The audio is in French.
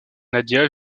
nadia